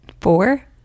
Four